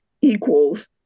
equals